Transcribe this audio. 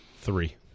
three